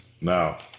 Now